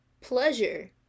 pleasure